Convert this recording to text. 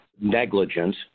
negligence